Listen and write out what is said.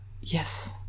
Yes